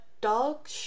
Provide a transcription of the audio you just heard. dog